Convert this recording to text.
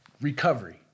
recovery